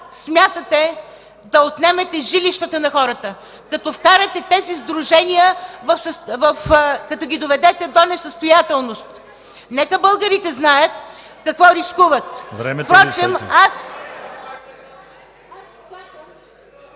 смятате да отнемете жилищата на хората, като тези сдружения ги доведете до несъстоятелност! Нека българите знаят какво рискуват! ПРЕДСЕДАТЕЛ